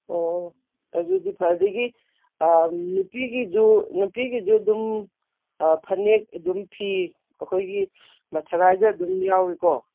ꯑꯣ ꯑꯗꯨꯗꯤ ꯐꯔꯦ ꯑꯗꯒꯤ ꯅꯨꯄꯤꯒꯤꯁꯨ ꯅꯨꯄꯤꯒꯤꯁꯨ ꯑꯗꯨꯝ ꯐꯅꯦꯛ ꯑꯗꯨꯝ ꯐꯤ ꯑꯩꯈꯣꯏꯒꯤ ꯃꯁꯥꯂꯥꯏꯗ ꯑꯗꯨꯝ ꯌꯥꯎꯏꯀꯣ